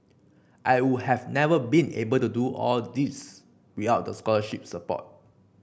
I would have never been able to do all these without the scholarship support